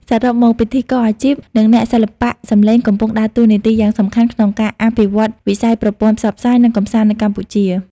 សរុបមក ពិធីករអាជីព និងអ្នកសិល្បៈសំឡេងកំពុងដើរតួនាទីយ៉ាងសំខាន់ក្នុងការអភិវឌ្ឍវិស័យប្រព័ន្ធផ្សព្វផ្សាយ និងកម្សាន្តនៅកម្ពុជា។